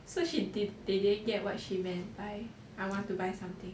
so she did they didn't get what she meant by I want to buy something